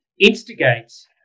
instigates